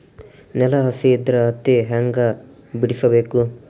ನೆಲ ಹಸಿ ಇದ್ರ ಹತ್ತಿ ಹ್ಯಾಂಗ ಬಿಡಿಸಬೇಕು?